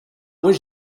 was